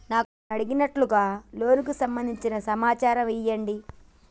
నాకు నేను అడిగినట్టుగా లోనుకు సంబందించిన సమాచారం ఇయ్యండి?